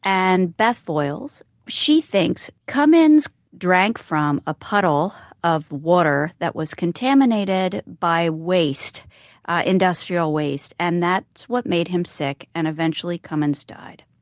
and beth voyles, she thinks cummins drank from a puddle of water that was contaminated by industrial waste. and that's what made him sick, and eventually cummins died